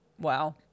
wow